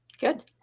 Good